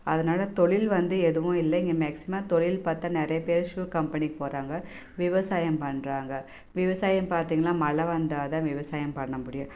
அதனால் தொழில் வந்து எதுவும் இல்லை இங்கே மாக்ஸிமம் தொழில் பார்த்தா நிறையா பேர் ஷூ கம்பெனிக்கு போகிறாங்க விவசாயம் பண்ணுறாங்க விவசாயம் பார்த்தீங்கன்னா மழை வந்தால் தான் விவசாயம் பண்ணமுடியும்